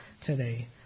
today